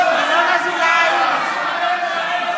בעד ישראל אייכלר,